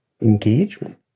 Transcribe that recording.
engagement